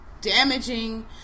damaging